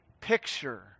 picture